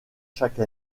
chaque